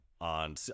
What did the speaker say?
on